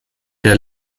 der